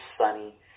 sunny